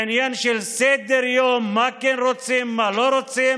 זה עניין של סדר-יום, מה כן רוצים, מה לא רוצים.